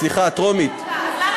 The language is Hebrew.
סליחה, טרומית.